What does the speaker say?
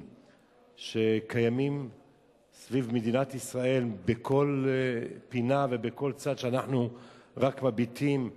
שקיימים סביב מדינת ישראל בכל פינה ובכל צד שאנחנו רק מביטים,